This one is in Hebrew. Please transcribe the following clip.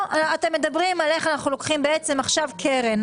אתם מדברים על איך אנחנו לוקחים עכשיו קרן.